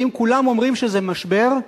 ואם כולם אומרים שזה משבר,